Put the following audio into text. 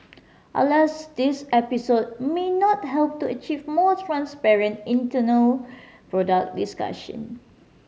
alas this episode may not help to achieve more transparent internal product discussion